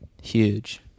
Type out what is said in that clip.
huge